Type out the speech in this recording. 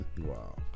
Wow